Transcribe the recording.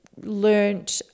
learned